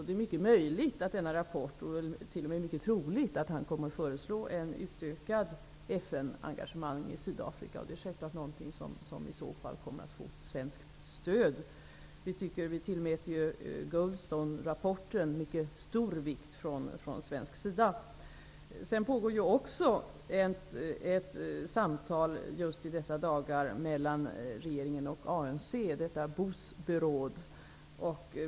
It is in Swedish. Det är mycket möjligt -- ja, t.o.m. troligt -- att han i denna rapport kommer att föreslå ett utökat FN engagemang i Sydafrika. Det kommer i så fall självklart att få svenskt stöd. Från svensk sida tillmäter vi Goldstone-rapporten mycket stor vikt. Det pågår också ett samtal just i dessa dagar mellan regeringen och ANC, boesberaad.